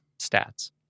stats